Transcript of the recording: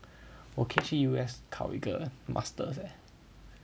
我可以去 U_S 考一个 masters eh